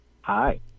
Hi